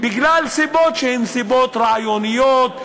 מסיבות שהן סיבות רעיוניות,